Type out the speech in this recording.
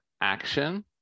action